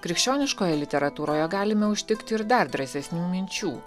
krikščioniškoje literatūroje galime užtikti ir dar drąsesnių minčių